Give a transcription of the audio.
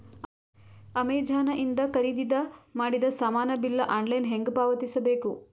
Amazon ಇಂದ ಖರೀದಿದ ಮಾಡಿದ ಸಾಮಾನ ಬಿಲ್ ಆನ್ಲೈನ್ ಹೆಂಗ್ ಪಾವತಿಸ ಬೇಕು?